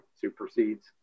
supersedes